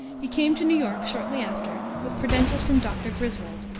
he came to new york shortly after with credentials from dr. griswold,